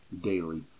daily